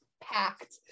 packed